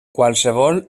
qualsevol